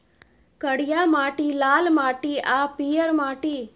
करिया माटि, लाल माटि आ पीयर माटि